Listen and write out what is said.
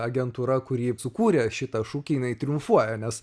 agentūra kurį sukūrė šitą šūkį triumfuoja nes